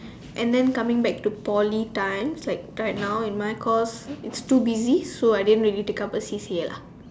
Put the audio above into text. and then coming back to Poly times like right now in my course it's too busy so I didn't really take up a C_C_A lah